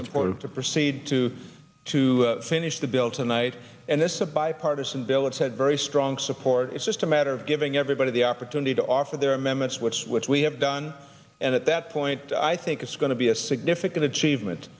important to proceed to to finish the bill tonight and it's a bipartisan bill it said very strong support it's just a matter of giving everybody the opportunity to offer their mehmet switch which we have done and at that point i think it's going to be a significant achievement